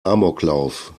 amoklauf